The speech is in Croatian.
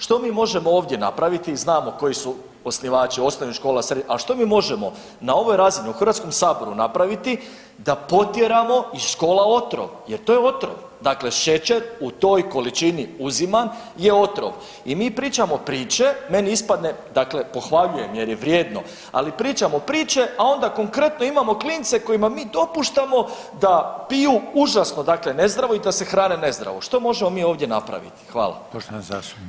Što mi možemo ovdje napraviti, znamo koji su osnivači osnovnih škola, srednjih, a što mi možemo na ovoj razini u HS napraviti da potjeramo iz škola otrov jer to je otrov, dakle šećer u toj količini uzimam je otrov i mi pričamo priče, meni ispadne, dakle pohvaljujem jer je vrijedno, ali pričamo priče, a onda konkretno imamo klince kojima mi dopuštamo da piju užasno dakle nezdravo i da se hrane nezdravo, što možemo mi ovdje napraviti?